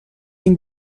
این